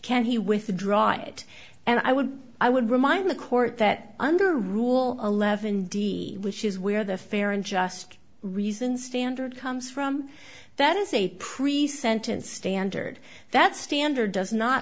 can he withdraw it and i would i would remind the court that under rule eleven d which is where the fair and just reason standard comes from that is a pre sentence standard that standard does not